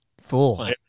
full